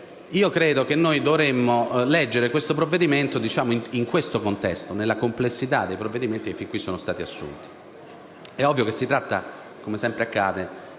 credo che dovremmo leggere il provvedimento in esame in questo contesto, nella complessità dei provvedimenti che fin qui sono stati assunti. È ovvio che si tratta - come sempre accade